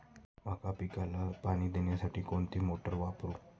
मका पिकाला पाणी देण्यासाठी कोणती मोटार वापरू?